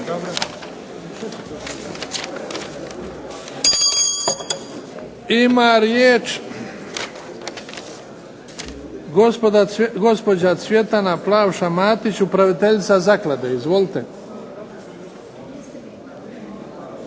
Ima riječ gospođa Cvjetana Plavša Matić, upraviteljica zaklade. Izvolite.